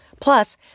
Plus